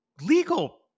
legal